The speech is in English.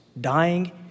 dying